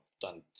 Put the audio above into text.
done